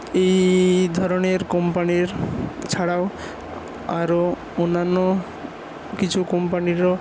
এই ধরণের কোম্পানির ছাড়াও আরও অন্যান্য কিছু কোম্পানিরও